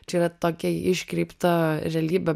čia yra tokia iškreipta realybė